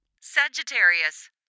Sagittarius